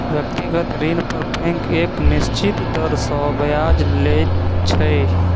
व्यक्तिगत ऋण पर बैंक एक निश्चित दर सॅ ब्याज लैत छै